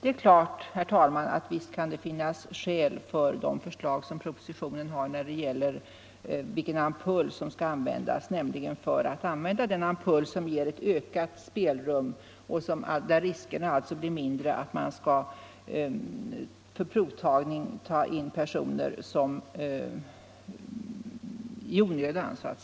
Det är klart, herr talman, att det kan finnas skäl för propositionens förslag när det gäller vilken ampull som skall användas, nämligen den ampull som ger ett ökat spelrum och där alltså riskerna blir mindre för att man vid rutinmässig provtagning tar in personer ”i onödan” för